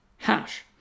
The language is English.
Hash